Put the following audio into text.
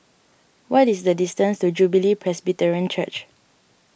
what is the distance to Jubilee Presbyterian Church